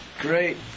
great